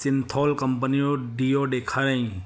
सिन्थोल कम्पनीअ जो डिओ ॾेखारियों